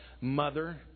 mother